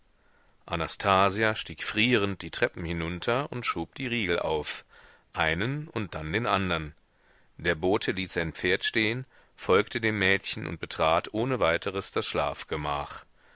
anastasia stieg frierend die treppen hinunter und schob die riegel auf einen und dann den andern der bote ließ sein pferd stehen folgte dem mädchen und betrat ohne weiteres das schlafgemach